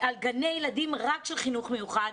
גני ילדים רק של החינוך המיוחד,